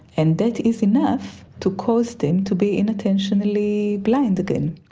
and that is enough to cause them to be inattentionally blind again.